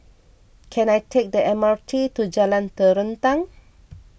can I take the M R T to Jalan Terentang